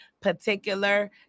particular